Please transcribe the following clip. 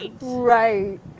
right